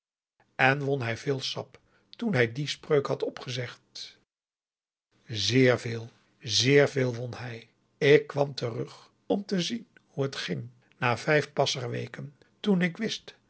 en won hij veel sap toen hij die spreuk had opgezegd zeer veel zeer veel won hij ik kwam terug om te zien hoe het ging na vijf pasar weken toen ik wist